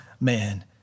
man